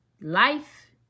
life